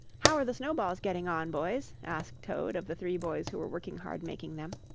how are the snowballs getting on, boys? asked toad of the three boys who were working hard making them.